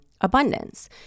abundance